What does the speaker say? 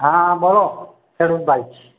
હા બોલો સરોજ ભાઈ